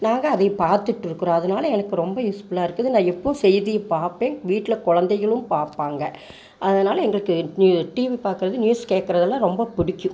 நாங்கள் அதை பார்த்துட்ருக்குறோம் அதனால எனக்கு ரொம்ப யூஸ்ஃபுல்லாக இருக்குது நான் எப்போவும் செய்தி பார்ப்பேன் வீட்டில் குழந்தைங்களும் பார்ப்பாங்க அதனால எங்களுக்கு டிவி பார்க்குறது நியூஸ் கேட்கறது எல்லாம் ரொம்ப பிடிக்கும்